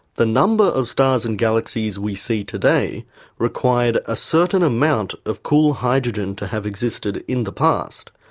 the number of stars and galaxies we see today required a certain amount of cool hydrogen to have existed in the past.